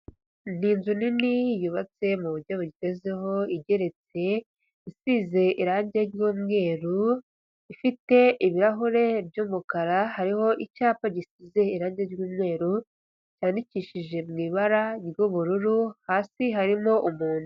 N'inzu nini yubatse mu buryo bugezweho igeretse, isize irangi ry'umweru, ifite ibirahure by'umukara hariho icyapa gisize iragi ry'umweru, cyadikishije mu ibara ry'ubururu, hasi harimo umuntu.